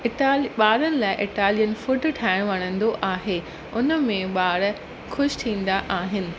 इटाल ॿारनि लाइ Italian food ठाहिणु वणंदो आहे उनमें ॿार ख़ुशि थींदा आहिनि